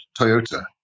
Toyota